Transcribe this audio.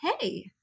hey